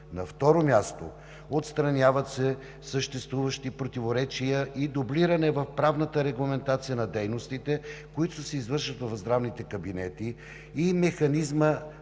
На второ място, отстраняват се съществуващи противоречия и дублиране в правната регламентация на дейностите, които се извършват в здравните кабинети, и механизма